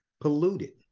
polluted